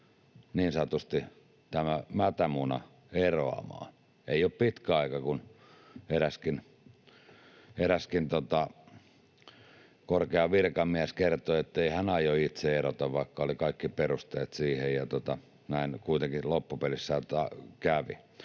niin sanotusti tämä mätämuna eroamaan. Ei ole pitkä aika, kun eräskin korkea virkamies kertoi, ettei hän aio itse erota, vaikka oli kaikki perusteet siihen, ja näin kuitenkin loppupeleissä kävi.